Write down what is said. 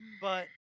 But-